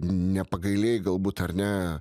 nepagailėjai galbūt ar ne